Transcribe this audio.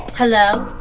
hello,